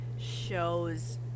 shows